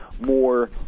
more